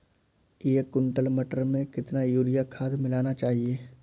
एक कुंटल मटर में कितना यूरिया खाद मिलाना चाहिए?